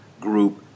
group